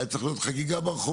הייתה צריכה להיות חגיגה ברחובות,